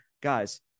guys